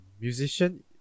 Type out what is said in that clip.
musician